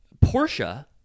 Portia